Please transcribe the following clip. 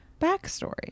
backstory